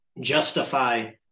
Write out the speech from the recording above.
justify